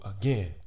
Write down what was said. again